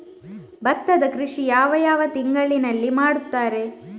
ಭತ್ತದ ಕೃಷಿ ಯಾವ ಯಾವ ತಿಂಗಳಿನಲ್ಲಿ ಮಾಡುತ್ತಾರೆ?